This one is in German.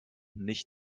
nicht